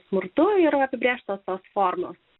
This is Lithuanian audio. smurtu ir apibrėžtos formos